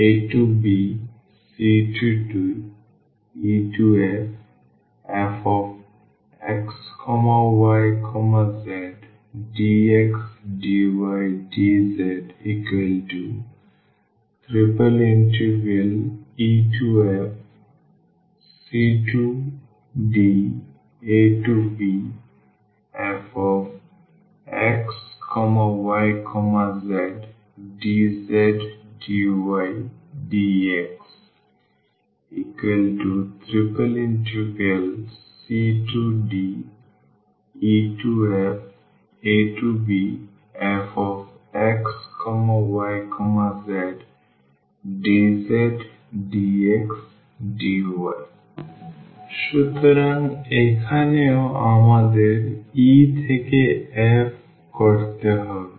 abcdeffxyzdxdydzefcdabfxyzdzdydx cdefabfxyzdzdxdy সুতরাং এখানেও আমাদের e থেকে f করতে হবে